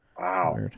Wow